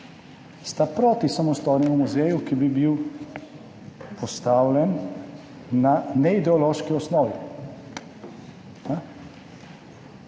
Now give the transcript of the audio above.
sta proti samostojnemu muzeju, ki bi bil postavljen na neideološki osnovi.